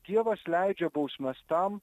dievas leidžia bausmes tam